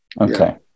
Okay